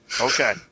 Okay